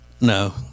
No